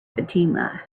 fatima